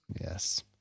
Yes